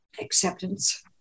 Acceptance